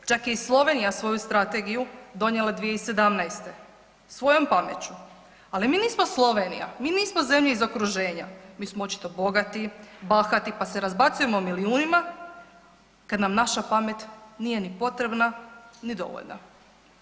Čak je i Slovenija svoju strategiju donijela 2017. svojom pameću, ali mi nismo Slovenija, mi nismo zemlje iz okruženja, mi smo očito bogati, bahati, pa se razbacujemo milijunima kad nam naša pamet nije ni potrebna, ni dovoljna.